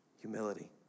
humility